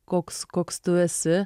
koks koks tu esi